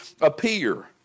appear